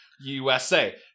USA